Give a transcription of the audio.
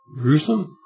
Gruesome